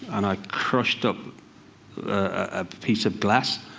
and i crushed up a piece of glass,